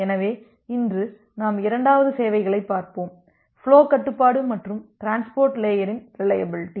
எனவே இன்று நாம் இரண்டாவது சேவைகளைப் பார்ப்போம் ஃபுலோ கட்டுப்பாடு மற்றும் டிரான்ஸ்போர்ட் லேயரின் ரிலையபிலிட்டி